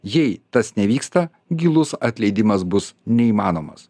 jei tas nevyksta gilus atleidimas bus neįmanomas